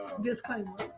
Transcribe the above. Disclaimer